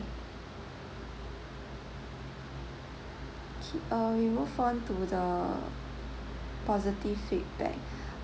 okay uh we move on to the positive feedback